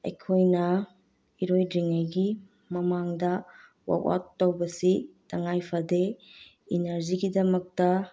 ꯑꯩꯈꯣꯏꯅ ꯏꯔꯣꯏꯗ꯭ꯔꯤꯉꯩꯒꯤ ꯃꯃꯥꯡꯗ ꯋꯥꯛ ꯑꯥꯎꯠ ꯇꯧꯕꯁꯤ ꯇꯉꯥꯏ ꯐꯗꯦ ꯏꯅꯔꯖꯤꯒꯤꯗꯃꯛꯇ